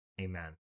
Amen